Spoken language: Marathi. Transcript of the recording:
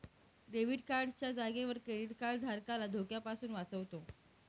डेबिट कार्ड च्या जागेवर क्रेडीट कार्ड धारकाला धोक्यापासून वाचवतो